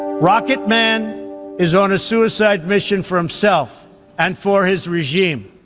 rocket man is on a suicide mission for himself and for his regime.